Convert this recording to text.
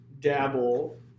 dabble